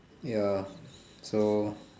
ya so